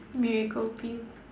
miracle pill